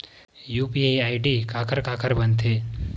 UPI ID काखर काखर बनथे?